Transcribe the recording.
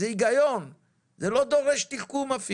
הוא הגיוני ולא דורש שום תחכום.